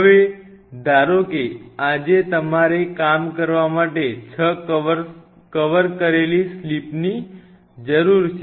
હવે ધારો કે આજે તમારે કામ કર વા માટે 6 કવર કરેલી સ્લિપની જરૂર છે